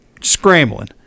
scrambling